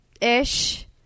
ish